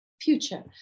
future